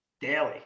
daily